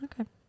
okay